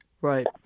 Right